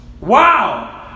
Wow